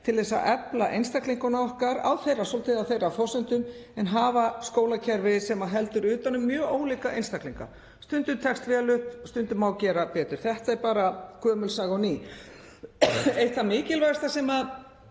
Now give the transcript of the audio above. til að efla einstaklingana okkar svolítið á þeirra forsendum og hafa skólakerfi sem heldur utan um mjög ólíka einstaklinga. Stundum tekst vel upp og stundum má gera betur, það er gömul saga og ný. Eitt það mikilvægasta sem að